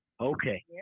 Okay